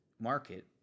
market